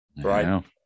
Right